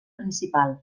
principal